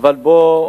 אבל בואו